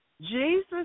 Jesus